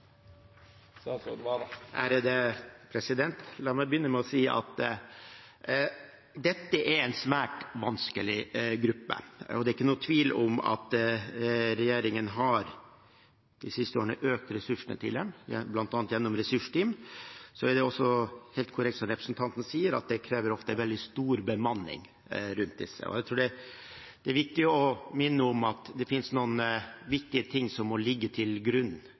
La meg begynne med å si at dette er en svært vanskelig gruppe, og det er ingen tvil om at regjeringen de siste årene har økt ressursene til dem, bl.a. gjennom ressursteam. Så er det også helt korrekt, som representanten sier, at det ofte kreves veldig stor bemanning rundt disse. Jeg tror det er viktig å minne om at det finnes noen viktige ting som må ligge til grunn,